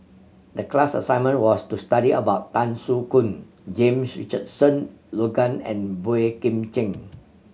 the class assignment was to study about Tan Soo Khoon James Richardson Logan and Boey Kim Cheng